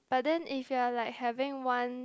but then if you're like having one